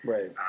Right